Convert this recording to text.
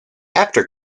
after